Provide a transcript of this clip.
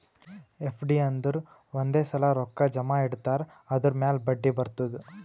FD ಅಂದುರ್ ಒಂದೇ ಸಲಾ ರೊಕ್ಕಾ ಜಮಾ ಇಡ್ತಾರ್ ಅದುರ್ ಮ್ಯಾಲ ಬಡ್ಡಿ ಬರ್ತುದ್